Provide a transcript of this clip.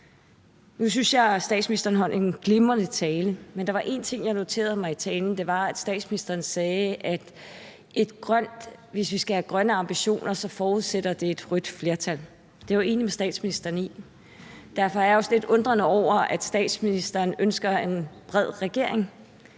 Nu synes jeg, at statsministeren holdt en glimrende tale, men der var en ting, jeg noterede mig, i talen. Det var, at statsministeren sagde, at hvis vi skal have grønne ambitioner, forudsætter det et rødt flertal. Det er jeg jo enig med statsministeren i. Derfor undrer jeg mig også lidt over, at statsministeren ønsker en bred regering,